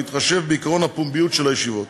בהתחשב בעקרון הפומביות של הישיבות,